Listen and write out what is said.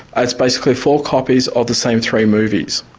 ah it's basically four copies of the same three movies.